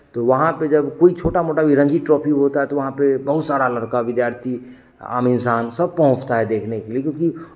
तो वहाँ पे जब कोई छोटा मोटा भी रणजी ट्राफी होता है तो वहाँ पे बहुत सारा लड़का विद्यार्थी आम इंसान सब पहुँचता है देखने के लिए क्योंकि